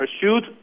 pursued